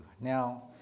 now